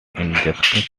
adjusted